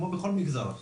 כמו בכל מגזר אחר,